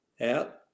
out